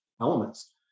elements